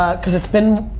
ah cause it's been